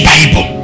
Bible